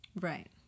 Right